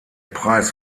preis